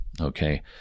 okay